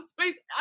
space